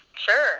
sure